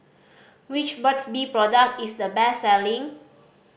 which Burt's Bee product is the best selling